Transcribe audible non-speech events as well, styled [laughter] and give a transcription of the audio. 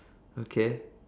[breath] okay